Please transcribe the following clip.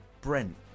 Brent